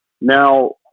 Now